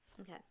okay